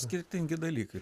skirtingi dalykai